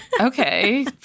Okay